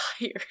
tired